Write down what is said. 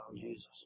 Jesus